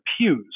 pews